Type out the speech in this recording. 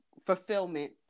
fulfillment